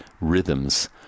rhythms